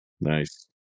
Nice